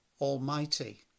Almighty